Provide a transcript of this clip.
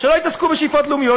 שלא יתעסקו בשאיפות לאומיות,